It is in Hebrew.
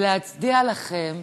ולהצדיע לכם